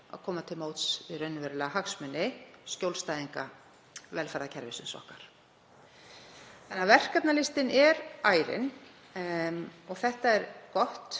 að koma til móts við raunverulega hagsmuni skjólstæðinga velferðarkerfisins okkar. Verkefnalistinn er ærinn og þetta er gott